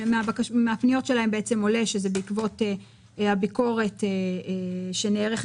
מן הפניות שלהם עולה שזה בעקבות הביקורת שנערכת